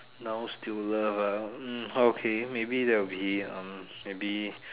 now still love maybe hmm okay that will be um maybe